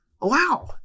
wow